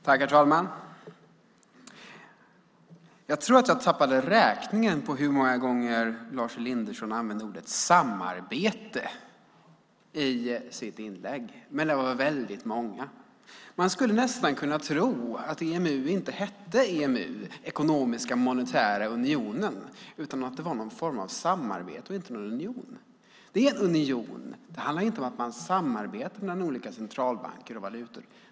Herr talman! Jag tror att jag tappade räkningen på hur många gånger Lars Elinderson använde ordet "samarbete" i sitt inlägg, men det var väldigt många. Man skulle nästan kunna tro att EMU inte hette EMU, Ekonomiska monetära unionen, utan att det var någon form av samarbete och inte en union. Det är en union. Det handlar inte om att man samarbetar mellan olika centralbanker och valutor.